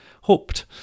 hoped